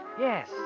Yes